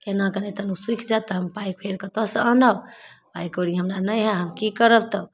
एना करैत तहन ओ सुखि जायत तऽ हम पाइ फेर कतऽ से आनब पाइ कौड़ी हमरा नहि हइ हम की करब तब